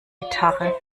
gitarre